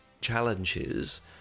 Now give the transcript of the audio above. challenges